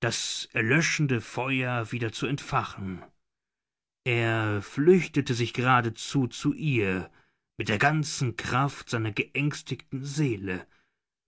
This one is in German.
das erlöschende feuer wieder zu entfachen er flüchtete sich geradezu zu ihr mit der ganzen kraft seiner geängstigten seele